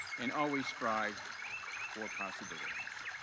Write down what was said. and always strive for possibilities.